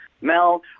Mel